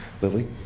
Lily